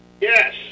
Yes